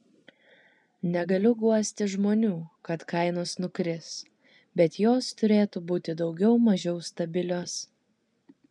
negaliu guosti žmonių kad kainos nukris bet jos turėtų būti daugiau mažiau stabilios